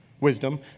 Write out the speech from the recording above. wisdom